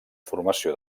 formació